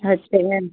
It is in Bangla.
হচ্ছে